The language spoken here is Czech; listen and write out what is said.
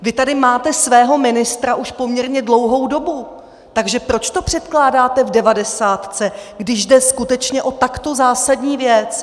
Vy tady máte svého ministra už poměrně dlouhou dobu, takže proč to předkládáte v devadesátce, když jde skutečně o takto zásadní věc?